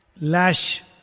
Lash